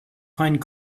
find